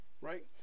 right